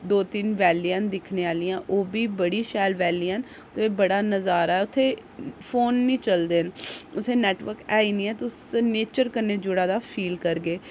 दो तिन्न वैलियां न दिक्खने आह्लियां ओह् बी बड़ी शैल वैलियां न ओह् बड़ा नजारा उत्थै फोन निं चलदे न उत्थै नैटबर्क है ई निं तुस नेच्चर कन्नै जुड़े दा फील करगे